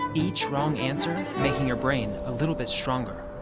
each wrong answer making your brain a little bit stronger.